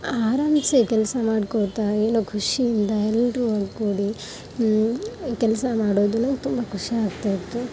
ಆರಾಮ್ಸೆ ಕೆಲಸ ಮಾಡಿಕೊಳ್ತಾ ಏನೋ ಖುಷಿಯಿಂದ ಎಲ್ಲರೂ ಕೂಡಿ ಕೆಲಸ ಮಾಡೋದು ನಂಗೆ ತುಂಬ ಖುಷಿ ಆಗ್ತಾಯಿತ್ತು